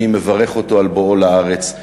אני מברך אותו על בואו לארץ.